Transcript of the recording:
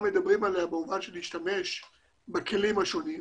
מדברים עליה במובן של להשתמש בכלים השונים,